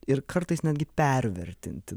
ir kartais netgi pervertinti